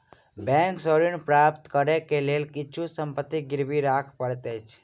bank सॅ ऋण प्राप्त करै के लेल किछु संपत्ति गिरवी राख पड़ैत अछि